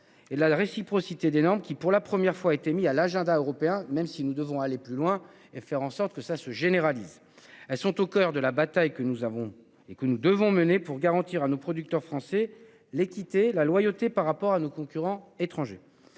et la la réciprocité des normes qui pour la première fois été mis à l'agenda européen, même si nous devons aller plus loin et faire en sorte que ça se généralise. Elles sont au coeur de la bataille que nous avons et que nous devons mener pour garantir à nos producteurs français l'équité, la loyauté par rapport à nos concurrents étrangers.